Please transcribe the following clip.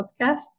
podcast